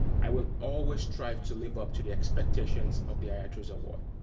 i will always strive to live up to the expectations of the iatros award.